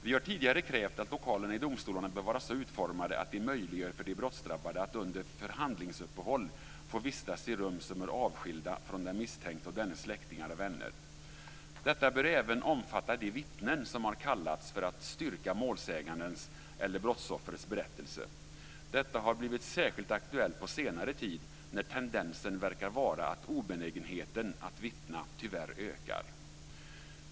Vi har tidigare krävt att lokalerna i domstolarna bör vara så utformade att de möjliggör för de brottsdrabbade att under förhandlingsuppehåll få vistas i rum som är avskilda från den misstänkte och dennes släktingar och vänner. Detta bör även omfatta de vittnen som har kallats för att styrka målsägandens eller brottsoffrets berättelse. Detta har blivit särskilt aktuellt på senare tid när tendensen tyvärr verkar vara att obenägenheten att vittna ökar.